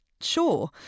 sure